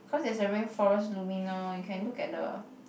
cause there's a rain forest luminous can look at the